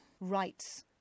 rights